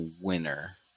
winner